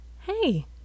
Hey